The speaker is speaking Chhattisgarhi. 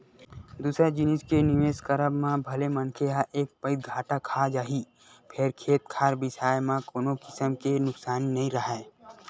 दूसर जिनिस के निवेस करब म भले मनखे ह एक पइत घाटा खा जाही फेर खेत खार बिसाए म कोनो किसम के नुकसानी नइ राहय